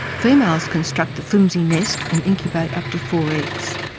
females construct the flimsy nest and incubate up to four eggs.